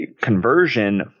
conversion